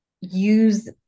use